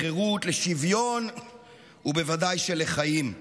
לחירות, לשוויון ובוודאי לחיים.